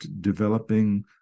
developing